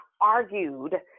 argued